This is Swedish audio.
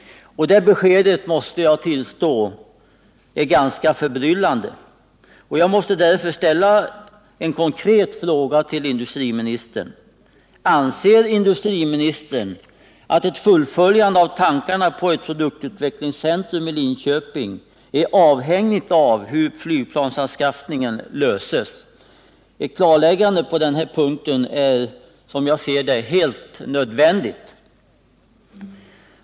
Detta besked måste jag tillstå att jag finner ganska förbryllande. Jag måste därför ställa en konkret fråga till industriministern: Anser industriministern att ett fullföljande av tankarna på ett produktutvecklingscentrum i Linköping är avhängigt av hur flygplansanskaffningsproblemet löses? Ett klarläggande på den punkten är, som jag ser det, helt nödvändigt.